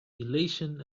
elation